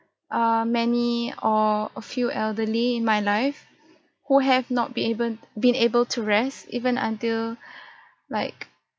err many or a few elderly in my life who have not be able been able to rest even until like